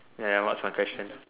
ya what's my question